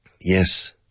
yes